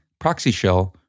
ProxyShell